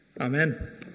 Amen